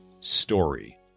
story